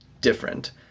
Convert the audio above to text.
different